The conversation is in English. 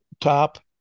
top